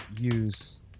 use